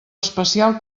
especial